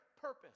purpose